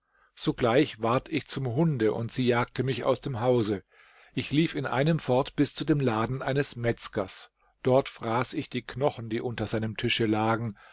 sogleich ward ich zum hunde und sie jagte mich aus dem hause ich lief in einem fort bis zu dem laden eines metzgers dort fraß ich die knochen die unter seinem tische lagen